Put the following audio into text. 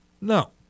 No